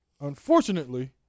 Unfortunately